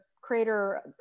creator